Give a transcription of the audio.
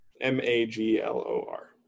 M-A-G-L-O-R